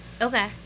Okay